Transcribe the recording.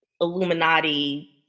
Illuminati